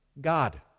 God